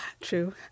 True